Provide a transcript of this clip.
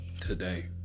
today